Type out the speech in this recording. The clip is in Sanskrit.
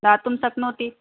दातुं शक्नोति